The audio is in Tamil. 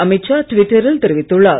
அமித் ஷா ட்விட்டரில் தெரிவித்துள்ளார்